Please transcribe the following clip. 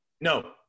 No